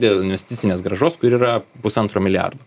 dėl investicinės grąžos kur yra pusantro milijardo